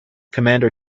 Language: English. commander